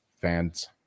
fans